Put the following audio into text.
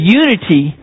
unity